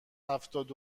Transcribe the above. هفتاد